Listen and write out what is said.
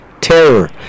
terror